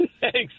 Thanks